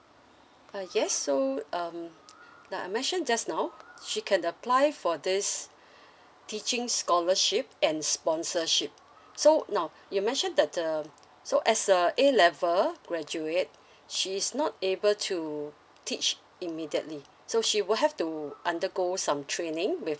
uh yes so um like I mentioned just now she can apply for this teaching scholarship and sponsorship so now you mentioned that uh so as a A level graduate she's not able to teach immediately so she will have to undergo some training with